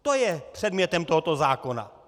To je předmětem tohoto zákona.